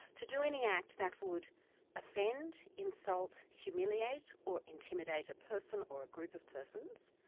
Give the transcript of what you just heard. to do any act that would offend, insult, humiliate or intimidate a person or a group of persons,